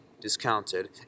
discounted